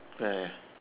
where